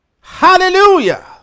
Hallelujah